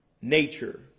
nature